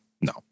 No